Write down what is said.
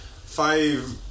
five